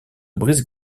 brise